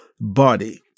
body